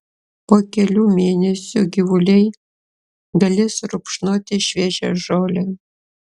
po kelių mėnesių gyvuliai galės rupšnoti šviežią žolę